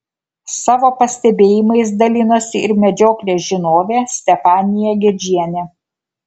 savo pastebėjimais dalinosi ir medžioklės žinovė stefanija gedžienė